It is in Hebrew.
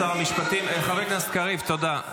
חבר הכנסת קריב, תודה.